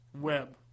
Web